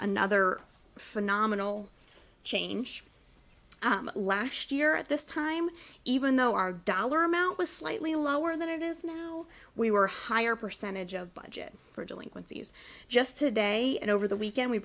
another phenomenal change last year at this time even though our dollar amount was slightly lower than it is now we were higher percentage of budget for delinquencies just today and over the weekend we